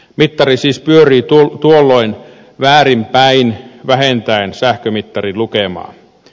mittari siis pyörii tuolloin väärin päin vähentäen sähkömittarin lukemaa